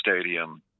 stadium